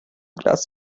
glas